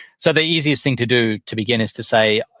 so the easiest thing to do to begin is to say,